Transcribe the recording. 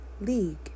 League